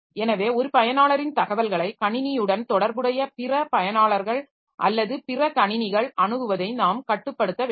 எனவே ஒரு பயனாளரின் தகவல்களை கணினியுடன் தொடர்புடைய பிற பயனாளர்கள் அல்லது பிற கணினிகள் அணுகுவதை நாம் கட்டுப்படுத்த வேண்டும்